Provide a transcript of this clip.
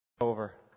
over